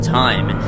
time